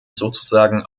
sozusagen